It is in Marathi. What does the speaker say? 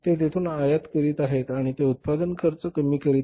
ते तेथून आयात करीत आहेत आणि ते उत्पादन खर्च कमी करीत आहेत